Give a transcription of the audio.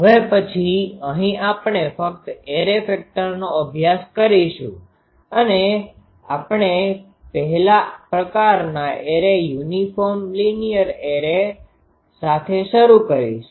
હવે પછી અહી આપણે ફક્ત એરે ફેક્ટરનો અભ્યાસ કરીશું અને આપણે પહેલા પ્રકારનાં એરે યુનિફોર્મ લીનીયર એરેuniform linear arrayનિયમિત રેખીય એરે સાથે શરૂ કરીશું